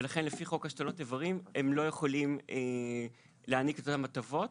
ולכן לפי חוק השתלות איברים הן לא יכולות להעניק אותן הטבות.